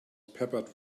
peppered